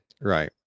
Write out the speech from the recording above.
right